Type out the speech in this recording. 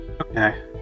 okay